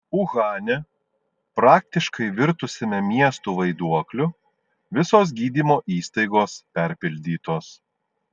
uhane praktiškai virtusiame miestu vaiduokliu visos gydymo įstaigos perpildytos